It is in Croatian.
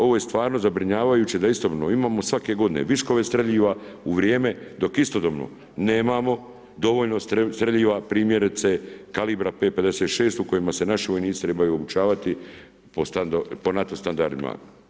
Ovo je stvarno zabrinjavajuće da istovremeno imamo svake godine viškove streljiva u vrijeme dok istodobno nemamo dovoljno streljiva primjerice kalibar 5.56 u kojima se naši vojnici trebaju obučavati po NATO standardima.